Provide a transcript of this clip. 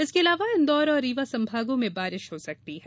इसके अलावा इंदौर और रीवा संभागों में बारिश हो सकती है